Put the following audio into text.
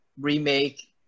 remake